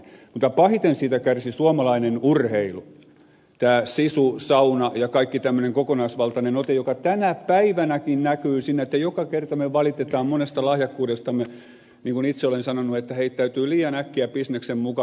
mutta pahiten siitä kärsi suomalainen urheilu tämä sisu sauna ja kaikki tämmöinen kokonaisvaltainen ote joka tänä päivänäkin näkyy siinä että joka kerta me valitamme monesta lahjakkuudestamme niin kuin itse olen sanonut kun heittäydytään liian äkkiä bisneksen mukaan